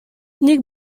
nick